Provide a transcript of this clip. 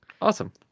Awesome